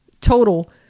total